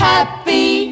Happy